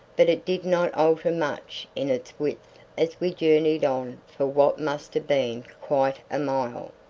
but it did not alter much in its width as we journeyed on for what must have been quite a mile,